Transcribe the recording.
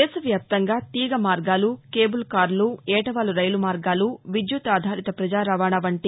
దేశవ్యాప్తంగా తీగ మార్గాలు కేబుల్ కార్లు ఏటవాలు రైలు మార్గాలు విద్యుత్ ఆధారిత ప్రజారవాణా వంటి